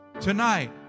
tonight